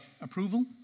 approval